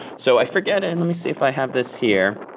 so i forget and let me see if i have this here.